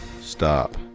stop